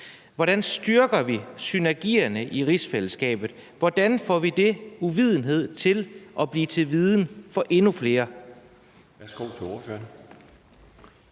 Hvordan styrker vi synergierne i rigsfællesskabet? Hvordan får vi den uvidenhed til at blive til viden for endnu flere?